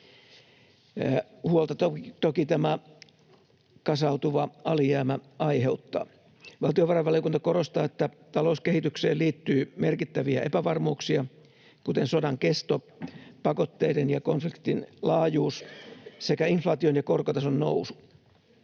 Huolta toki tämä kasautuva alijäämä aiheuttaa. Valtiovarainvaliokunta korostaa, että talouskehitykseen liittyy merkittäviä epävarmuuksia, kuten sodan kesto, pakotteiden ja konfliktin laajuus sekä inflaation ja korkotason nousu.